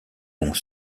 vont